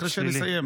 אחרי שנסיים.